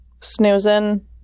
snoozing